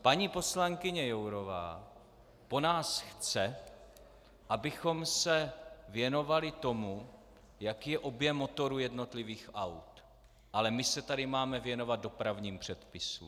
Paní poslankyně Jourová po nás chce, abychom se věnovali tomu, jaký je objem motoru jednotlivých aut, ale my se tady máme věnovat dopravním předpisům.